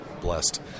Blessed